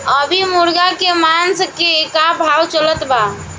अभी मुर्गा के मांस के का भाव चलत बा?